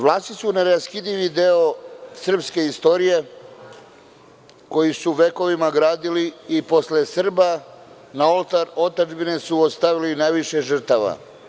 Vlasi su neraskidivi deo srpske istorije koji su vekovima gradili i posle Srba na oltar otadžbine su ostavili najviše žrtava.